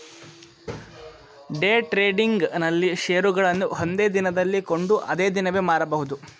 day trading ನಲ್ಲಿ ಶೇರುಗಳನ್ನು ಒಂದೇ ದಿನದಲ್ಲಿ ಕೊಂಡು ಅದೇ ದಿನವೇ ಮಾರಬಹುದು